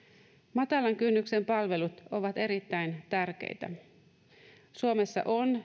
matalan kynnyksen palvelut ovat erittäin tärkeitä suomessa on